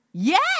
Yes